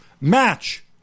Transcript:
Match